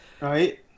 Right